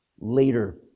later